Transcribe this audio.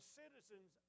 citizens